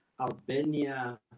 albania